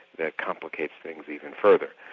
that complicates things even further.